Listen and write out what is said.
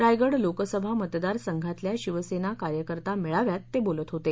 रायगड लोकसभा मतदारसंघातल्या शिवसेना कार्यकर्ता मेळाव्यात ते बोलत होते